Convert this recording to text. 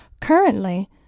Currently